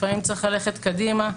לפעמים צריך ללכת קדימה.